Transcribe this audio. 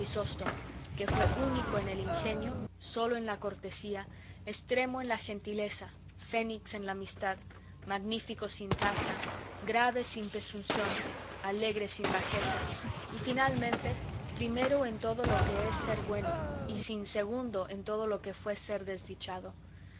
grisóstomo que fue único en el ingenio solo en la cortesía estremo en la gentileza fénix en la amistad magnífico sin tasa grave sin presunción alegre sin bajeza y finalmente primero en todo lo que es ser bueno y sin segundo en todo lo que fue ser desdichado